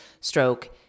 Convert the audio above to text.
stroke